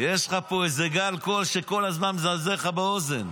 יש לך פה איזה גל קול שכל פעם מזמזם לך באוזן.